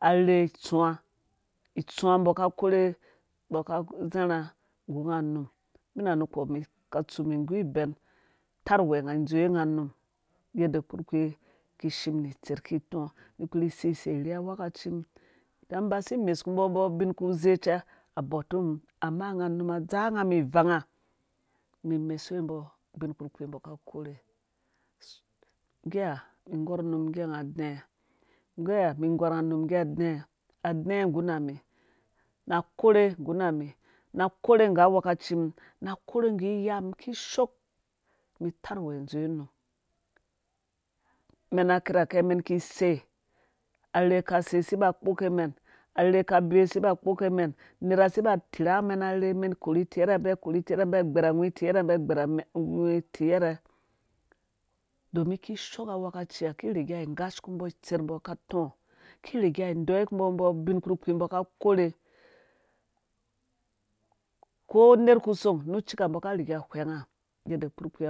Arherhe itsuwa itsuwa mbɔ ka korhe mbɔ ka zharha nggu nga num bi nu kpɔ ka tsu mum igu ibɛn tarh uwɛ ha dzowe nga num yadda kpurkpii ki shim ni itserh ki tɔɔ mum kpurhi sei sei rhi awekaci mum idan basi mesuku mbɔ ubin ku ze cɛ tɔ a bɔr tu mum amma nga num a dzaa nga mum ivang mi fmesuwe mbɔ ubin kpurkpii mbo ka korhe ngge ha mum gɔr nga num ngge nga adɛ adɛ nggu na mi na korhe nggu nami na korhe gu awekaci mum na korhe nggu iya mum kishoo mi taarh uwɛ dzowe unum mena kirhakɛ mɛn ki sei arherhe ka sei si ba kpokpe mɛn arherhe ka bewe si ba kpoke mɛn unerha si ba tirha mɛn arherhe men korh iyerhe mbɔ a korhi tiyerhe mbi a gbɛr ahwu tiyɛrhɛ mbi agbɛr ahwu tiyɛrhe domin kishoo awekaci ha ki riga deyiku mbɔ ubin kpurkpii mbɔ ka korhe ko nerh ku song nu cika mbɔ ka riga whɛnga yadda kpurkpii